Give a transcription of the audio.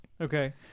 Okay